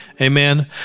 Amen